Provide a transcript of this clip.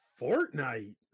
Fortnite